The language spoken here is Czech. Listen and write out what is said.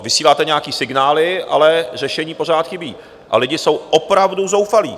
Vysíláte nějaké signály, ale řešení pořád chybí, a lidé jsou opravdu zoufalí.